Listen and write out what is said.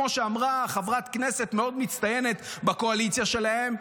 כמו שאמרה חברת כנסת מאוד מצטיינת בקואליציה שלהם,